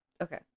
Okay